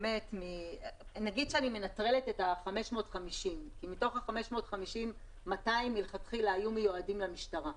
נגיד שאני מנטרלת את ה-550 כי 200 מתוכם מלכתחילה היו מיועדים למשטרה,